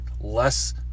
less